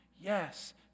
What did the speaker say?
Yes